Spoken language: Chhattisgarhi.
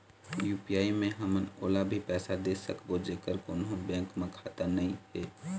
यू.पी.आई मे हमन ओला भी पैसा दे सकबो जेकर कोन्हो बैंक म खाता नई हे?